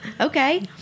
Okay